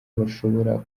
bashobora